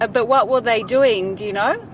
ah but what were they doing, do you know?